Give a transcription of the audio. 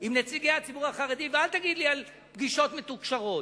עם נציגי הציבור החרדי ואל תגיד לי על פגישות מתוקשרות.